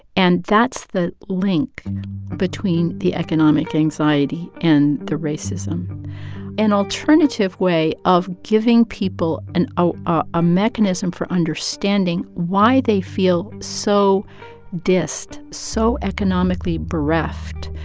and that's the link between the economic anxiety and the racism an alternative way of giving people a ah ah ah mechanism for understanding why they feel so dissed, so economically bereft,